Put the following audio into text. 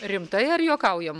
rimtai ar juokaujam